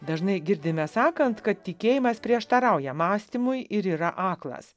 dažnai girdime sakant kad tikėjimas prieštarauja mąstymui ir yra aklas